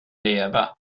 leva